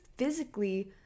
physically